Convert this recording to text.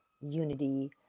unity